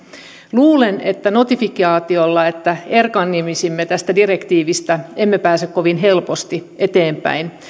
luulen että notifikaatiolla että erkanisimme tästä direktiivistä emme pääse kovin helposti eteenpäin